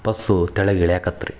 bus ಕೆಳಗ ಇಳಿಯಕತ್ರಿ